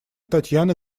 татьяна